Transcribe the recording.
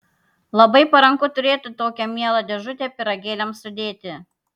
labai paranku turėti tokią mielą dėžutę pyragėliams sudėti